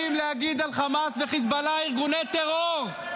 להגיד על חמאס ועל חיזבאללה שהם ארגוני טרור.